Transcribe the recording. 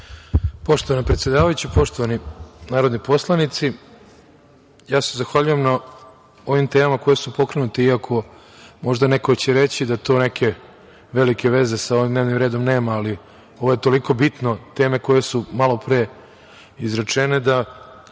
Poštovana predsedavajuća, poštovani narodni poslanici, zahvaljujem se na ovim temama koje su pokrenute, iako će možda neko reći da nemaju velike veze sa ovim dnevnim redom, ali ovo je toliko bitno. Teme koje su malopre izrečene da